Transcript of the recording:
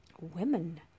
women